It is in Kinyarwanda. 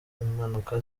impanuka